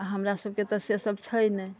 हमरासबके तऽ से सब छै नहि